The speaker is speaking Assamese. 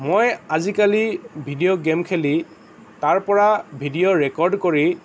মই আজিকালি ভিডিঅ' গেম খেলি তাৰ পৰা ভিডিঅ' ৰেকৰ্ড কৰি